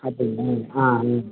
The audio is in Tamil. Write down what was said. அப்படிங்களா ஆ ஆ